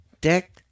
Deck